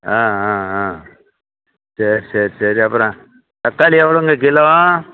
ஆ ஆ ஆ சரி சரி சரி அப்பறம் தக்காளி எவ்வளோங்க கிலோ